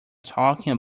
talking